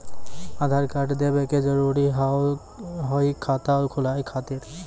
आधार कार्ड देवे के जरूरी हाव हई खाता खुलाए खातिर?